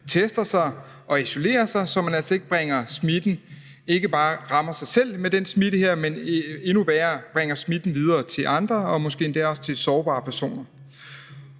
tester sig og isolerer sig, så man altså ikke bare rammer sig selv med den smitte her, men endnu værre bringer smitten videre til andre og måske endda også til sårbare personer.